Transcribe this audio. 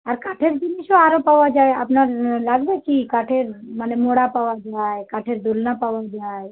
আর কাঠের জিনিসও আরও পাওয়া যায় আপনার লাগবে কি কাঠের মানে মোড়া পাওয়া যায় কাঠের দোলনা পাওয়া যায়